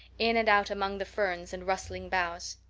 in and out among the ferns and rustling boughs.